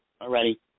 already